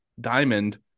diamond